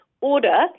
order